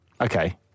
Okay